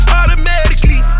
automatically